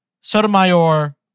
Sotomayor